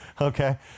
Okay